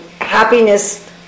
happiness